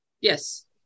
yes